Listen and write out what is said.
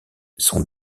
sont